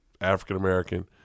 African-American